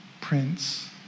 prince